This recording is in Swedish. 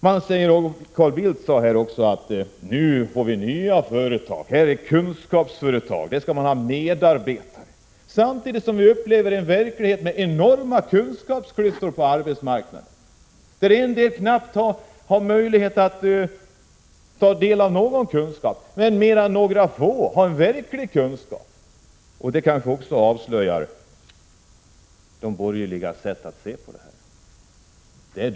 Carl Bildt sade att nu får vi nya företag, kunskapsföretag. Samtidigt upplever vi en verklighet på arbetsmarknaden med enorma kunskapsklyftor. En del har knappt möjlighet att ta del av någon kunskap medan några få har mycket stor kunskap. Det avslöjar också de borgerligas sätt att se på dessa frågor.